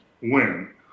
Win